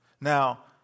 Now